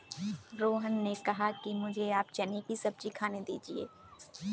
रोहन ने कहा कि मुझें आप चने की सब्जी खाने दीजिए